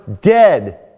dead